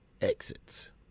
exits